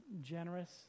generous